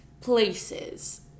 places